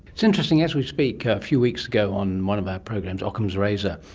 it's interesting, as we speak a few weeks ago on one of our programs, ockham's razor,